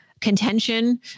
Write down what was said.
contention